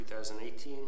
2018